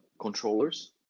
controllers